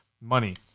money